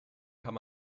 kann